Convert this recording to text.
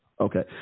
Okay